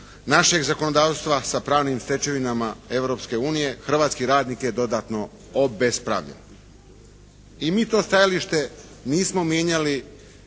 našeg zakonodavstva sa pravnim stečevinama Europske unije hrvatski radnik je dodatno obespravljen. I mi to stajalište nismo mijenjali